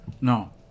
No